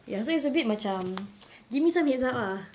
ya so it's a bit macam give me some heads up uh